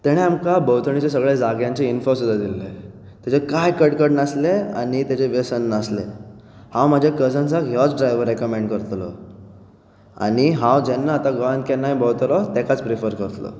तेणें आमकां भोंवतणच्या सगळ्या जाग्यांचें इन्फो सुद्दां दिल्लें तेचो कांय कटकट नासलें आनी ताचें वेसन नासलें हांव म्हज्या कजन्साक होच ड्रायवर रेकाॅमेंड करतलो आनी हांव जेन्ना आतां गोंयात भोंवतलो तेन्ना तेकाच प्रिफर करतलो